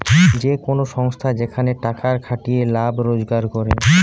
যে কোন সংস্থা যেখানে টাকার খাটিয়ে লাভ রোজগার করে